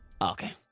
okay